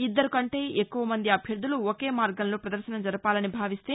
ఇద్దరు కంటే ఎక్కువ మంది అభ్యర్థలు ఒకే మార్గంలో పదర్భన జరపాలని భావిస్తే